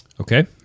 Okay